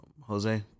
Jose